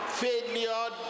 failure